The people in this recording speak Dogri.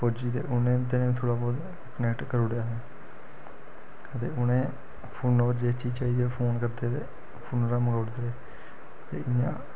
फौजी न ते उनें ते थोह्ड़ा बहुत कनैक्ट करुड़ेआ अदे उ'नें फोनै उप्पर जिस चीज चाहिदे जे फोन करदे ते फोना'रा मंगाउड़दे ते इयां